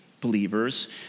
believers